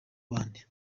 bande